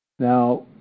Now